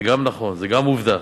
זה גם נכון, גם זו עובדה,